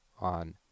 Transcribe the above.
on